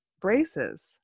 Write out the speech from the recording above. braces